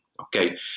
okay